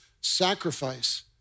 Sacrifice